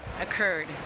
occurred